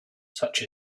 such